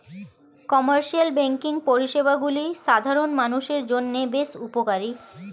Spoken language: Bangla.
কমার্শিয়াল ব্যাঙ্কিং পরিষেবাগুলি সাধারণ মানুষের জন্য বেশ উপকারী